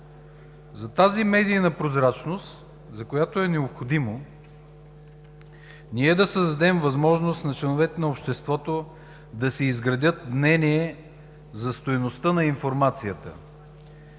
за тази медийна прозрачност, за която е необходимо ние да създадем възможност на членовете на обществото да си изградят мнение за стойността на информацията.